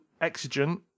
exigent